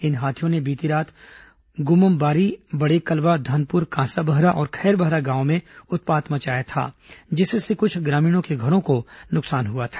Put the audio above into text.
इन हाथियों ने बीती रात मुगूम बारी बड़ेकलवा धनपुर कांसाबहरा और खैरबहरा गांव में उत्पात मचाया था जिससे कुछ ग्रामीणों के घरों को नुकसान पहुंचा